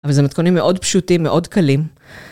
אבל זה מתכונים מאוד פשוטים, מאוד קלים.